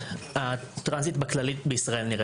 אי אפשר לקיים צבא בלי נשים ובלי נשים לוחמות,